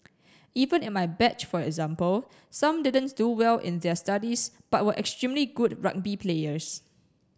even in my batch for example some didn't do well in their studies but were extremely good rugby players